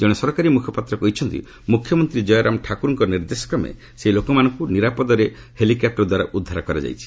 ଜଣେ ସରକାରୀ ମୁଖପାତ୍ର କହିଛନ୍ତି ମୁଖ୍ୟମନ୍ତ୍ରୀ କୟରାମ ଠାକୁରଙ୍କ ନିର୍ଦ୍ଦେଶ କ୍ରମେ ସେହି ଲୋକମାନଙ୍କୁ ନିରାପଦରେ ହେଲିକ୍ୟାପ୍ଟର ଦ୍ୱାରା ଉଦ୍ଧାର କରାଯାଇଛି